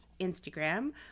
Instagram